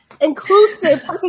inclusive